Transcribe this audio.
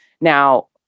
Now